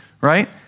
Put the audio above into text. right